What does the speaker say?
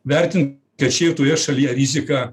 vertinti kad šitoje šalyje rizika